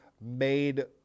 made